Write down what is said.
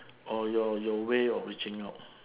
or your your your way of reaching out